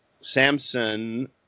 Samson